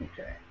Okay